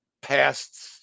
past